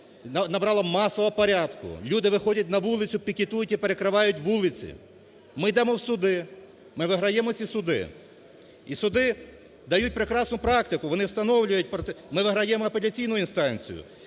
набрало масового порядку, люди виходять на вулицю, пікетують і перекривають вулиці. Ми йдемо в суди, ми виграємо ці суди. І суди дають прекрасну практику, вони встановлюють… ми виграємо апеляційну інстанцію.